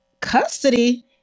Custody